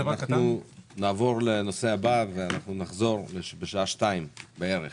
נעבור לנושא הבא, ונחזור בשעה שתיים בערך